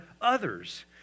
others